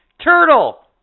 turtle